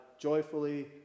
joyfully